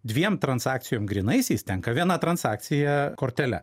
dviem transakcijom grynaisiais tenka viena transakcija kortele